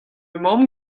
mamm